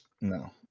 no